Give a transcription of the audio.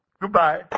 Goodbye